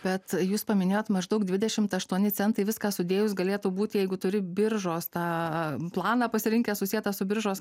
bet jūs paminėjote maždaug dvidešimt aštuoni centai viską sudėjus galėtų būti jeigu turi biržos tą planą pasirinkę susietą su biržos